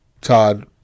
Todd